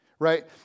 right